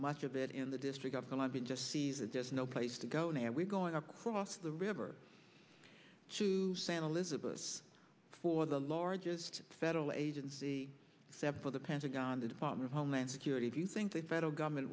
much of it in the district of columbia just sees it there's no place to go in and we're going across the river to san elizabeth's for the largest federal agency for the pentagon the department of homeland security if you think the federal government